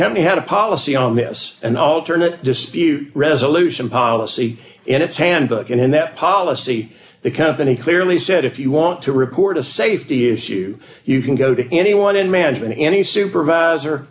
company had a policy on this and alternate dispute resolution policy in its handbook and in that policy the company clearly said if you want to report a safety issue you can go to anyone in management any supervisor